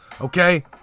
okay